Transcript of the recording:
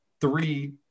three